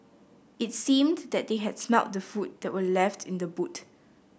it seemed that they had smelt the food that were left in the boot